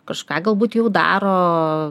kažką galbūt jau daro